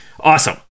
Awesome